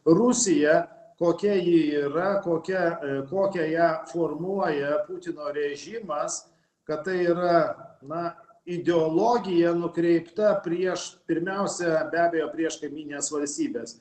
rusija kokia ji yra kokia kokią ją formuoja putino režimas kad tai yra na ideologija nukreipta prieš pirmiausia be abejo prieš kaimynines valstybes